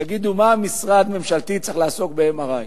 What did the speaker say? תגידו, מה משרד ממשלתי צריך לעסוק ב-MRI?